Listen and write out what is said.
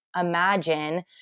imagine